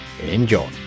Enjoy